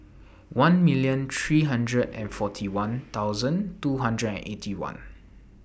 one million three hundred and forty one thousand two hundred and Eighty One